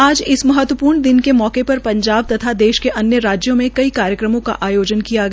आज इस महत्वपूर्ण दिन के मौके पर पंजाब तथा देश के अन्य राज्यों में कई कार्यक्रमों का आयोजन किया गया